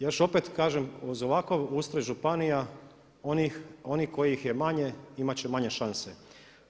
Još opet kažem uz ovakav ustroj županija onih kojih je manje imat će manje šanse.